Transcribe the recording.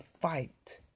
fight